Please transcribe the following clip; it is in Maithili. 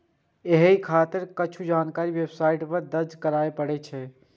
एहि खातिर किछु जानकारी वेबसाइट पर दर्ज करय पड़ै छै